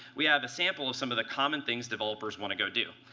we have a sample of some of the common things developers want to go do.